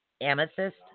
amethyst